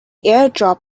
airdrop